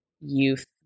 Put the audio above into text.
youth